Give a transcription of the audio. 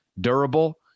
Durable